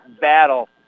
battle